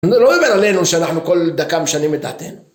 אני אומר, לא אומר עלינו שאנחנו כל דקה משנים את דעתנו.